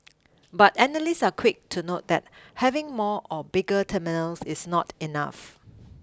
but analysts are quick to note that having more or bigger terminals is not enough